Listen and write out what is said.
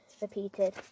repeated